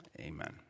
Amen